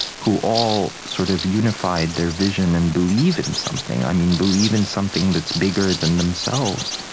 who all sort of unified their vision and believe in something, i mean, believe in something that's bigger than themselves.